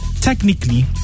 technically